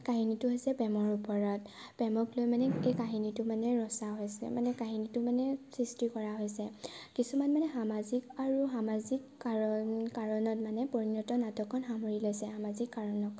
কাহিনীটো হৈছে প্ৰেমৰ ওপৰত প্ৰেমক লৈ মানে গোটেই কাহিনীটো মানে ৰচা হৈছে মানে কাহিনীটো মানে সৃষ্টি কৰা হৈছে কিছুমান মানে সামাজিক আৰু সামাজিক কাৰণ কাৰণত মানে পৰিণত নাটকত সামৰি লৈছে সামাজিক কাৰণক